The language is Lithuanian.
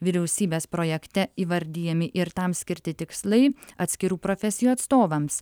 vyriausybės projekte įvardijami ir tam skirti tikslai atskirų profesijų atstovams